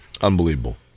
Unbelievable